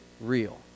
real